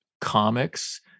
comics